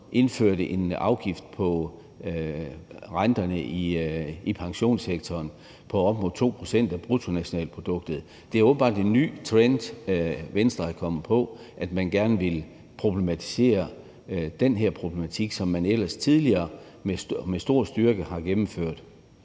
indført en afgift på renterne i pensionssektoren på op mod 2 pct. af bruttonationalproduktet. Det er åbenbart en ny trend, Venstre er kommet på, med gerne at ville problematisere noget, som man ellers tidligere med stor styrke har gennemført.